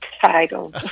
title